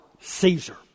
Caesar